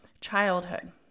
Childhood